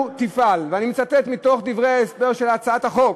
תפעל" ואני מצטט מתוך דברי ההסבר של הצעת החוק,